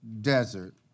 desert